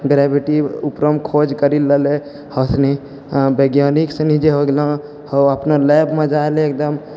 gravity ऊपरो मे खोज करि रहलै हथनि अऽ बेज्ञानिक सनि जे हो गेलौ हऽ अपना लैब मे जाइ ले एकदम